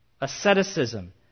Asceticism